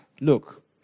look